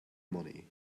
money